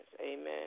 Amen